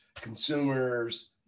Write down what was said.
consumers